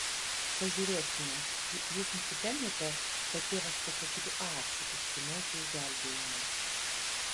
pažiūrėsime jūs nusipelnėte kad tėvas pasakytų ačiū už sūnaus išgelbėjimą